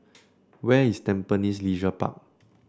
where is Tampines Leisure Park